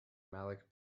malik